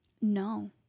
No